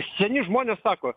seni žmonės sako